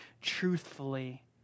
truthfully